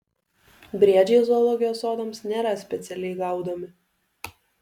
briedžiai zoologijos sodams nėra specialiai gaudomi